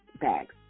bags